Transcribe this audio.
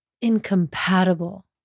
incompatible